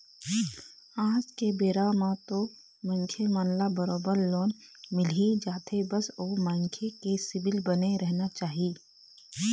आज के बेरा म तो मनखे मन ल बरोबर लोन मिलही जाथे बस ओ मनखे के सिविल बने रहना चाही